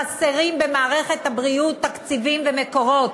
חסרים במערכת הבריאות תקציבים ומקורות,